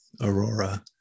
Aurora